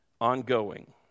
ongoing